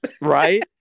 right